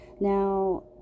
Now